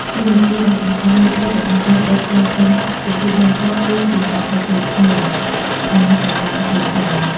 តួនាទីដែលសំខាន់មួយទៀតរបស់កូនប្រុសច្បងក្នុងពិធីបុណ្យសពគឺ ជាអ្នកទទួលភ្ញៀវ និងអ្នកតំណាងគ្រួសារ។